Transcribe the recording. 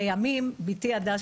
לימים בתי הדס,